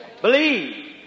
Believe